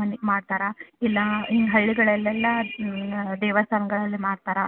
ಮನೆ ಮಾಡ್ತಾರೆ ಇಲ್ಲ ಇನ್ನು ಹಳ್ಳಿಗಳೆಲ್ಲ ದೇವಸ್ಥಾನಗಳಲ್ಲಿ ಮಾಡ್ತಾರಾ